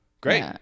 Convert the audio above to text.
Great